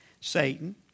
Satan